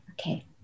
Okay